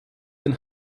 den